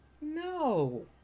No